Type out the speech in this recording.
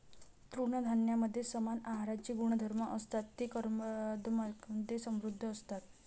तृणधान्यांमध्ये समान आहाराचे गुणधर्म असतात, ते कर्बोदकांमधे समृद्ध असतात